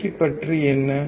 பெருக்கி பற்றி என்ன